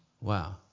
wow